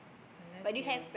unless you